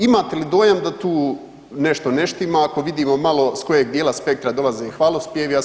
Imate li dojam da tu nešto ne štima, ako vidimo s kojeg dijela spektra dolaze hvalospjevi, a s